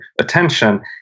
attention